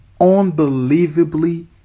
unbelievably